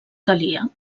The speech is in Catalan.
calia